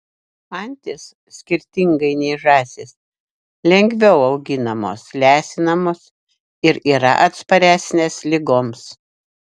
antys skirtingai nei žąsys lengviau auginamos lesinamos ir yra atsparesnės ligoms